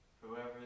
Whoever